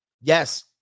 Yes